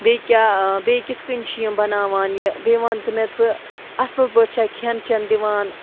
بیٚیہِ کیٛاہ بیٚیہِ کِتھ کٔنۍ چھِ یِم بَناوان یہِ بیٚیہِ وَنہٕ تہٕ مےٚ ژٕ اَصٕل پٲٹھۍ چھا کھٮ۪ن چٮ۪ن دِوان